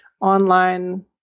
online